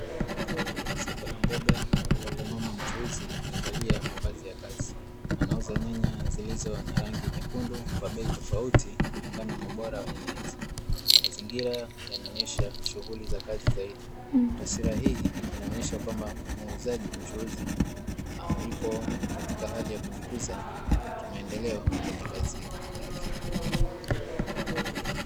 Soko la mboga ambapo mama mchuuzi amevalia mavazi ya kazi, anauza nyanya zilizo na rangi nyekundu kwa bei tofauti kulingana na ubora wa nyanya hizo, mazingira yanaonyesha shughuli za kazi zaidi taswira hii inaonyesha kwamba muuzaji; mchuuzi yupo katika hali ya kujikuza kimaendeleo kwenye kazi yake.